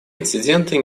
инциденты